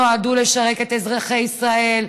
נועדו לשרת את אזרחי ישראל.